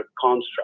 construct